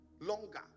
longer